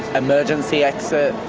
emergency exits,